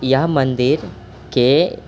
यह मन्दिरके